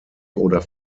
oder